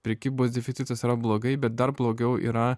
prekybos deficitas yra blogai bet dar blogiau yra